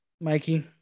Mikey